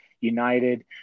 United